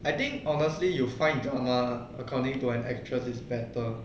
I think honestly you find drama according to an actress is better